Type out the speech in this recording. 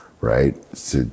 right